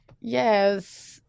Yes